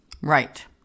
Right